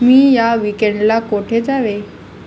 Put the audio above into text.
मी या विकेंडला कोठे जावे